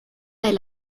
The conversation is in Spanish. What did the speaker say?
del